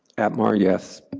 atmar, yes.